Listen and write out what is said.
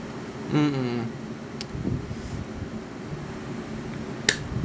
mm mm